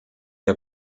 der